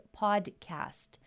Podcast